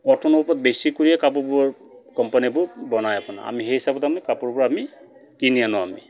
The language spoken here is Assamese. কটনৰ ওপৰত বেছি কৰিয়ে কাপোৰবোৰ কোম্পানীবোৰ বনাই আপোনাৰ আমি সেই হিচাপত আমি কাপোৰবোৰ আমি কিনি আনো আমি